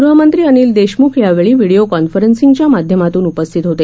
गहमंत्री अनिल देशमुख यावेळी व्हिडीओ कॉन्फरसिंगच्या माध्यमांतून उपस्थित होते